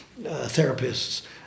therapists